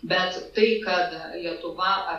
bet tai kad lietuva